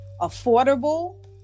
affordable